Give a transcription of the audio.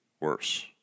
worse